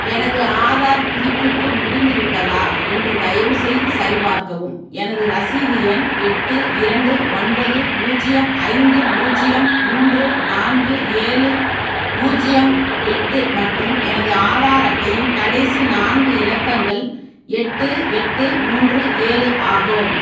எனது ஆதார் புதுப்பிப்பு முடிந்து விட்டதா என்று தயவுசெய்து சரி பார்க்கவும் எனது ரசீது எண் எட்டு இரண்டு ஒன்பது பூஜ்ஜியம் ஐந்து பூஜ்ஜியம் மூன்று நான்கு ஏழு பூஜ்ஜியம் எட்டு மற்றும் எனது ஆதார் அட்டையின் கடைசி நான்கு இலக்கங்கள் எட்டு எட்டு மூன்று ஏழு ஆகும்